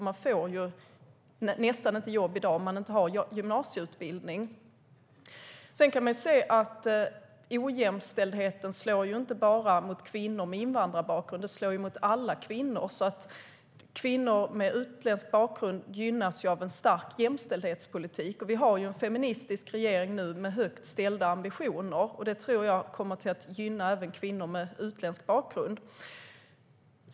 Man får knappt jobb i dag om man inte har gymnasieutbildning. Ojämställdheten slår inte bara mot kvinnor med invandrarbakgrund utan mot alla kvinnor. Kvinnor med utländsk bakgrund gynnas av en stark jämställdhetspolitik. Vi har nu en feministisk regering med högt ställda ambitioner. Jag tror att det kommer att gynna även kvinnor med utländsk bakgrund.